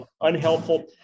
unhelpful